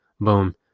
Boom